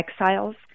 exiles